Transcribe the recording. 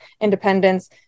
independence